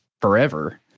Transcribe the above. forever